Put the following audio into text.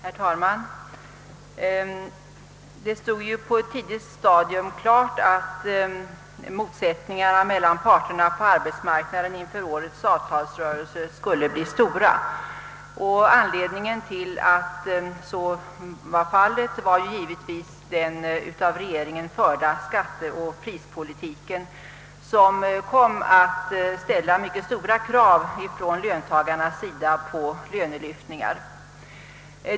Herr talman! Det stod på ett tidigt stadium klart att motsättningarna mellan parterna på arbetsmarknaden inför årets avtalsrörelse skulle bli stora. Anledningen var givetvis den av regeringen förda skatteoch prispolitiken, som kom att föranleda mycket stora krav från löntagarnas sida på lönelyftningar.